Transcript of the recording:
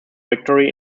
victory